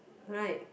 right